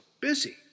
busy